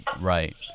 Right